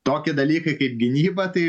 tokie dalykai kaip gynyba tai